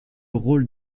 rôle